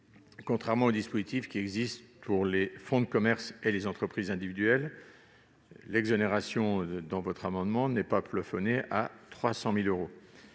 contrairement aux dispositifs qui existent pour les fonds de commerce et les entreprises individuelles, l'exonération prévue dans cet amendement n'est pas plafonnée à 300 000 euros.